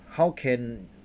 how can